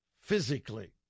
physically